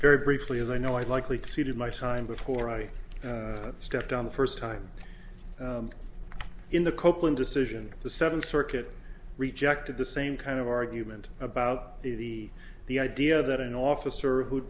very briefly as i know i likely see did my time before i stepped on the first time in the copeland decision the seventh circuit rejected the same kind of argument about the the idea that an officer who